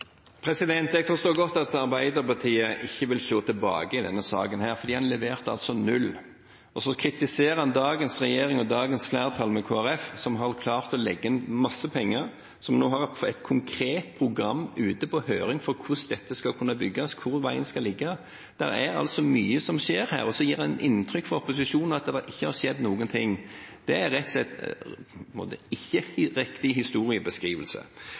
Jeg forstår godt at Arbeiderpartiet ikke vil se seg tilbake i denne saken, for en leverte null. Så kritiserer en dagens regjering og dagens flertall, med Kristelig Folkeparti, som har klart å legge inn mye penger, og som nå har et konkret program for hvordan dette skal kunne bygges og for hvor veien skal ligge, ute på høring. Det er mye som skjer her, og så gir en fra opposisjonen inntrykk av at det ikke har skjedd noen ting. Det er rett og slett ikke en riktig